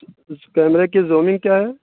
اس کیمرے کی زومنگ کیا ہے